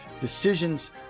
decisions